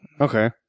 Okay